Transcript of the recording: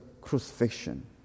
crucifixion